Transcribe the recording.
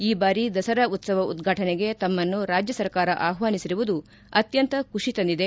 ಈ ಭಾರಿ ದಸರಾ ಉತ್ಸವ ಉದ್ಘಾಟನೆಗೆ ತಮ್ಮನ್ನು ರಾಜ್ಯ ಸರ್ಕಾರ ಆಹ್ವಾನಿಸಿರುವುದು ಅತ್ಯಂತ ಖುಷಿ ತಂದಿದೆ